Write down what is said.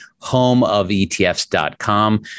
homeofetfs.com